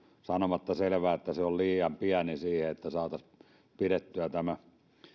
sanomatta selvää että se on liian pieni siihen että saataisiin pidettyä tämä